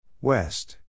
West